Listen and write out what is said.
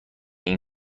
این